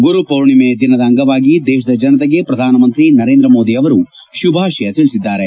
ಗುರು ಪೂರ್ಣಿಮೆ ದಿನದ ಅಂಗವಾಗಿ ದೇಶದ ಜನತೆಗೆ ಪ್ರಧಾನಮಂತ್ರಿ ನರೇಂದ್ರ ಮೋದಿ ಶುಭಾಶಯ ತಿಳಿಸಿದ್ದಾರೆ